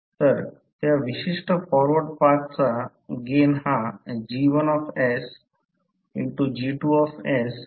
तर त्या विशिष्ट फॉरवर्ड पाथचा गेन हा G1sG2sG3 sG4sG5sG7 एक सरळ मार्ग आहे